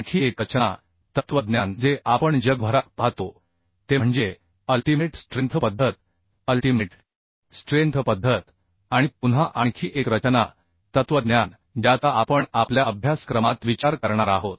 आणखी एक रचना तत्त्वज्ञान जे आपण जगभरात पाहतो ते म्हणजे अल्टिमेट स्ट्रेंथ पद्धत अल्टिमेट स्ट्रेंथ पद्धत आणि पुन्हा आणखी एक रचना तत्त्वज्ञान ज्याचा आपण आपल्या अभ्यासक्रमात विचार करणार आहोत